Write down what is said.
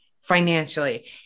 financially